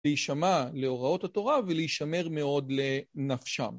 להישמע להוראות התורה ולהישמר מאוד לנפשם.